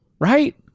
right